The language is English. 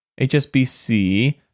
HSBC